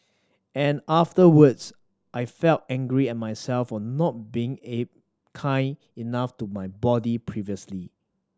and afterwards I felt angry at myself for not being A kind enough to my body previously